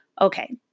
Okay